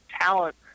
talent